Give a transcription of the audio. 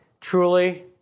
truly